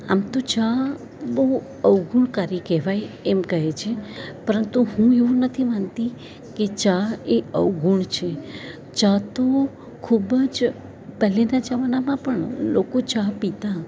આમ તો ચા બહુ અવગુણકારી કહેવાય એમ કહે છે પરંતુ હું એવું નથી માનતી કે ચા એ અવગુણ છે ચા તો ખૂબ જ પહેલાના જમાનામાં પણ લોકો ચા પીતા